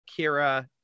Kira